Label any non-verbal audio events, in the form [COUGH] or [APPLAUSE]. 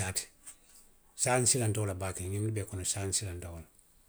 [UNINTELLIGIBLE] saa nsilanta wo la baake, ňinnu bee kono, saa, nsilanta wo le la baake.